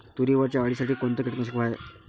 तुरीवरच्या अळीसाठी कोनतं कीटकनाशक हाये?